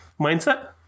Mindset